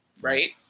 right